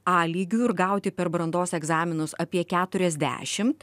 a lygiu ir gauti per brandos egzaminus apie keturiasdešimt